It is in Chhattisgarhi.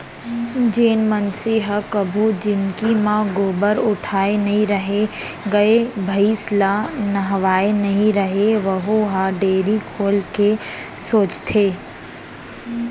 जेन मनसे ह कभू जिनगी म गोबर उठाए नइ रहय, गाय भईंस ल नहवाए नइ रहय वहूँ ह डेयरी खोले के सोचथे